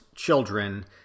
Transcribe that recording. children